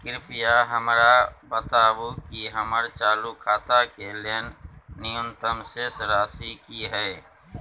कृपया हमरा बताबू कि हमर चालू खाता के लेल न्यूनतम शेष राशि की हय